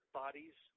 bodies